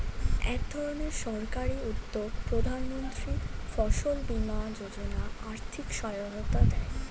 একধরনের সরকারি উদ্যোগ প্রধানমন্ত্রী ফসল বীমা যোজনা আর্থিক সহায়তা দেয়